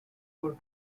for